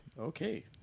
Okay